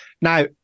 Now